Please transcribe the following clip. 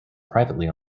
privately